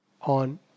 on